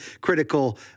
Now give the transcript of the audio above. critical